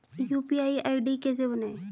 UPI ID कैसे बनाएं?